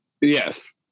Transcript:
Yes